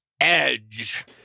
Edge